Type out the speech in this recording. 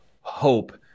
hope